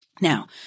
Now